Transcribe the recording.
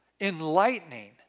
enlightening